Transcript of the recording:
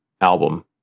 album